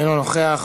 אינו נוכח,